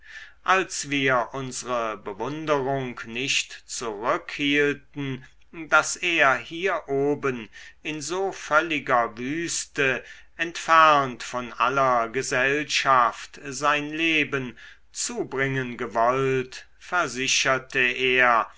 als wir unsre bewunderung nicht zurückhielten daß er hier oben in so völliger wüste entfernt von aller gesellschaft sein leben zubringen gewollt versicherte er